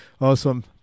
Awesome